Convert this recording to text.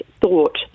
thought